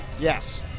Yes